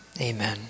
Amen